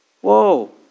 Whoa